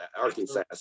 Arkansas